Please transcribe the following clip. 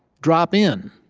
drop in.